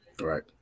right